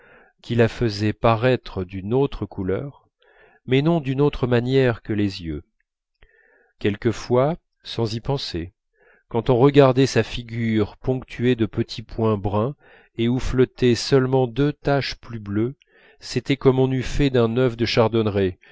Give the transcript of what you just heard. qui la faisaient paraître d'une autre couleur mais non d'une autre matière que les yeux quelquefois sans y penser quand on regardait sa figure ponctuée de petits points bruns et où flottaient seulement deux taches plus bleues c'était comme on eût fait d'un œuf de chardonneret